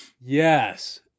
yes